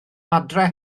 adre